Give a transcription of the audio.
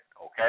okay